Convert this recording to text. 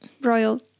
royal